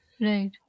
right